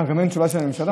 אה, גם אין תשובה של הממשלה?